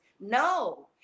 No